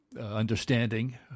understanding